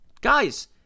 Guys